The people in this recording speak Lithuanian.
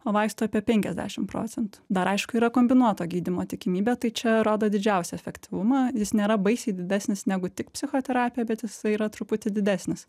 o vaistų apie penkiasdešim procentų dar aišku yra kombinuoto gydymo tikimybė tai čia rodo didžiausią efektyvumą jis nėra baisiai didesnis negu tik psichoterapija bet jisai yra truputį didesnis